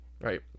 right